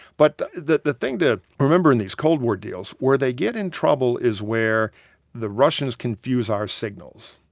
but the the thing to remember in these cold war deals, where they get in trouble is where the russians confuse our signals.